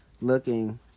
looking